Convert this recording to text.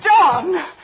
John